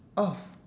off